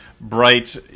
Bright